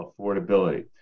affordability